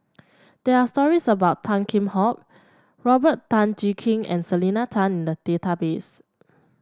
there are stories about Tan Kheam Hock Robert Tan Jee Keng and Selena Tan in the database